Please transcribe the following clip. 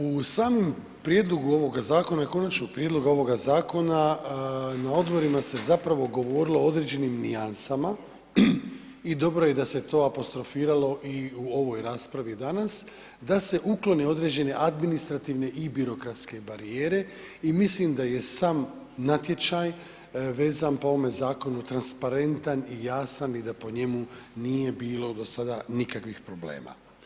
U samom prijedlogu ovoga zakona i Konačnog prijedloga ovoga zakona na odborima se zapravo govorilo o određenim nijansama i dobro je da se to apostrofiralo i u ovoj raspravi danas, da se uklone određene administrativne i birokratske barijere i mislim da je sam natječaj vezan po ovome zakonu transparentan i jasan i da po njemu nije bilo do sada nikakvih problema.